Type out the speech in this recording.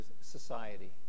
society